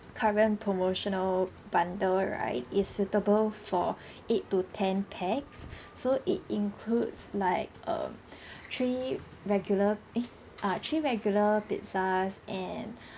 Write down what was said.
current promotional bundle right it's suitable for eight to ten pax so it includes like um three regular eh ah three regular pizzas and